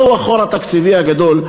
זהו החור התקציבי הגדול,